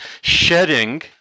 shedding